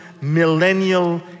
millennial